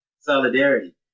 solidarity